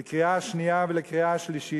(תיקון מס' 18) לקריאה שנייה ולקריאה שלישית.